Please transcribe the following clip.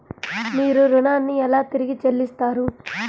మీరు ఋణాన్ని ఎలా తిరిగి చెల్లిస్తారు?